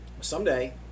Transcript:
someday